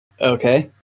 Okay